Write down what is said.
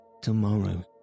Tomorrow